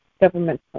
government